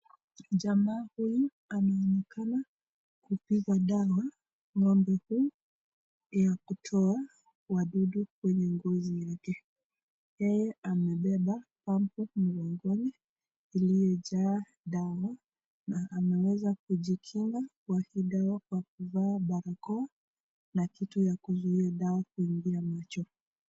Jamaa huyu anaonekana kupiga dawa ng'ombe huu yakutoa Wadudu kwenye ngozi yake. Yeye amebeba pampu mgogoni iliyojaa dawa na ameweza kujikinga wapi dawa kwa kuvaa barakowa na kitu ya kuzuiya dawa kuingia macho.